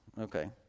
Okay